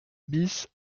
bis